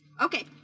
Okay